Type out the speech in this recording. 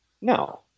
No